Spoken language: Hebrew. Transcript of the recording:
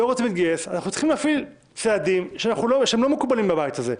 אנחנו צריכים להפעיל צעדים שלא מקובלים בבית הזה,